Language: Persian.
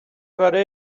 کاره